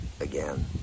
again